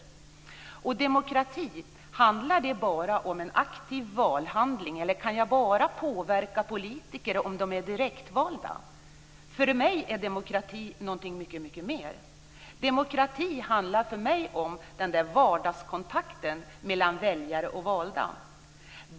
Handlar demokrati bara om en aktiv valhandling, eller kan jag påverka politiker bara om de är direktvalda? För mig är demokrati något mycket mer. Det handlar för mig om en vardagskontakt mellan väljare och valda.